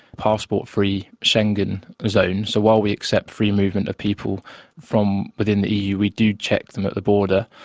passport free schengen zone, so while we accept free movement of people from within the eu, we do check them at the border.